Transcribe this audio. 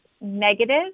negative